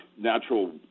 natural